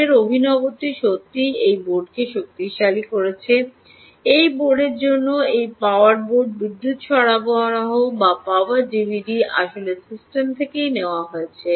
বোর্ডের অভিনবত্বটি সত্যই এই বোর্ডকে শক্তিশালী করছে এই বোর্ডের জন্য এই পাওয়ার বোর্ড বিদ্যুৎ সরবরাহ বা পাওয়ার ভিডিডি আসলে সিস্টেম থেকেই নেওয়া হয়